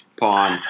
pawn